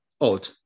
odd